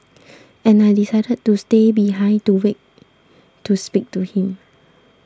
and I decided to stay behind to wait to speak to him